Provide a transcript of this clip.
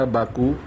Baku